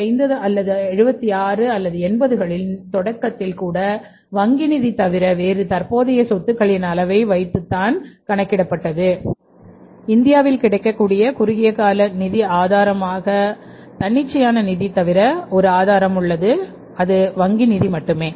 1975 அல்லது 76 அல்லது 80 களின் தொடக்கத்தில் கூட வங்கி நிதி தவிர வேறு தற்போதைய சொத்துக்களின் அளவை வைத்து தான் கணக்கிடப்பட்டது இந்தியாவில் கிடைக்கக்கூடிய குறுகிய கால நிதி ஆதாரமாக தன்னிச்சையான நிதி தவிர ஒரு ஆதாரம் உள்ளது வங்கி நிதி மட்டுமே